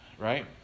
right